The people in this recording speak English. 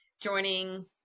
joining